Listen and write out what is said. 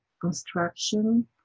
construction